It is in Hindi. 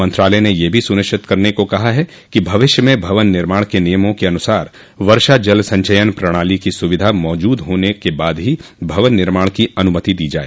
मंत्रालय ने यह भी सुनिश्चित करने को कहा है कि भविष्य में भवन निर्माण के नियमों के अनुसार वर्षा जल संचयन प्रणाली की सुविधा मौजूद होने के बाद ही भवन निर्माण की अनुमति दी जाए